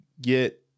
get